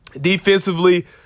Defensively